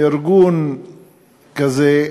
מארגון כזה,